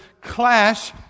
clash